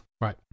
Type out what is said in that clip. Right